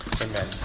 Amen